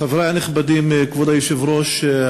חברי הנכבדים, כבוד היושב-ראש,